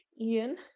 ian